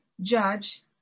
judge